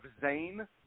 Zane